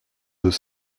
deux